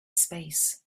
space